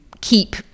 keep